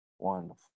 Wonderful